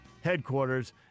headquarters